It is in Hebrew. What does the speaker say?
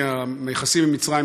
כי היחסים עם מצרים,